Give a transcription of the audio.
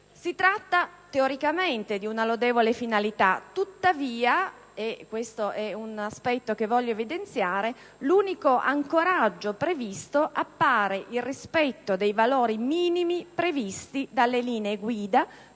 Si tratta, teoricamente, di una lodevole finalità. Tuttavia - questo è un aspetto che voglio evidenziare - l'unico ancoraggio previsto appare il rispetto dei «valori minimi previsti dalle linee guida